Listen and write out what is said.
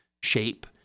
shape